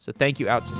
so thank you outsystems